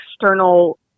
external